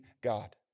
God